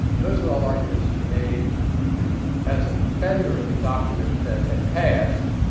those are all arguments he made as a defender of the document that had passed.